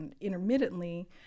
intermittently